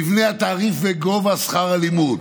מבנה התעריף וגובה שכר הלימוד.